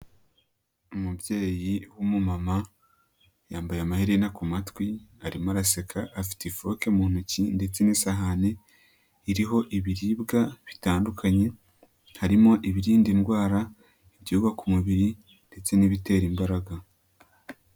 Umubyeyi w'umumama yambaye amaherena ku matwi, arimo araseka, afite ifoke mu ntoki ndetse n'isahani iriho ibiribwa bitandukanye harimo ibirinda indwara, ibyubaka umubiri ndetse n'ibitera imbaraga.